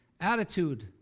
attitude